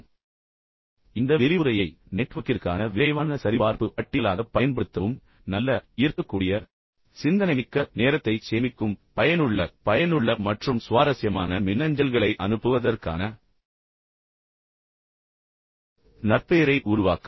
இப்போது இந்த விரிவுரையையும் முந்தைய விரிவுரையையும் நெட்வொர்க்கிற்கான விரைவான சரிபார்ப்பு பட்டியலாகப் பயன்படுத்தவும் நல்ல ஈர்க்கக்கூடிய சிந்தனைமிக்க நேரத்தைச் சேமிக்கும் பயனுள்ள பயனுள்ள மற்றும் சுவாரஸ்யமான மின்னஞ்சல்களை அனுப்புவதற்கான நற்பெயரை உருவாக்கவும்